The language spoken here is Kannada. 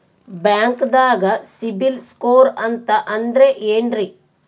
ಬ್ಯಾಂಕ್ದಾಗ ಸಿಬಿಲ್ ಸ್ಕೋರ್ ಅಂತ ಅಂದ್ರೆ ಏನ್ರೀ?